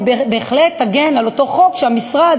והיא בהחלט תגן על אותו חוק שהמשרד